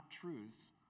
truths